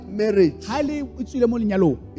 marriage